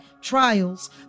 trials